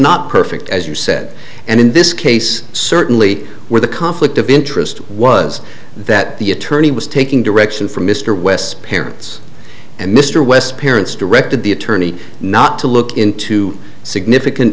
not perfect as you said and in this case certainly where the conflict of interest was that the attorney was taking direction from mr west parents and mr west parents directed the attorney not to look into significant